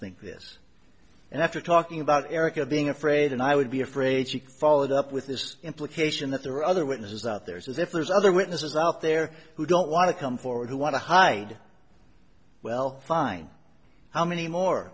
think this and after talking about erica being afraid and i would be afraid she followed up with this implication that there are other witnesses out there is if there's other witnesses out there who don't want to come forward who want to hide well fine how many more